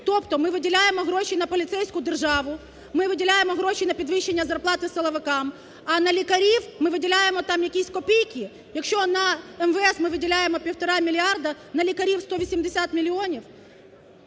Тобто, ми виділяємо гроші на поліцейську державу, ми виділяємо гроші на підвищення зараяти силовикам, а на лікарів ми виділяємо там якісь копійки. Якщо на МВС ми виділяємо півтора мільярда, на лікарів – 180 мільйонів?